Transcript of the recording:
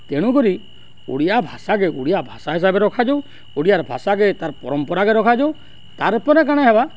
ତେଣୁକରି ଓଡ଼ିଆ ଭାଷାକେ ଓଡ଼ିଆ ଭାଷା ହିସାବେ ରଖାଯାଉ ଓଡ଼ିଆ ଭାଷାେ ତାର୍ ପରମ୍ପରାକେ ରଖାଯାଉ ତାର୍ ପରେ କାଣା ହେବା